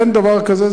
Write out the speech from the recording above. אין דבר כזה.